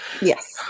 yes